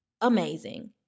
Amazing